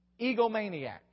egomaniac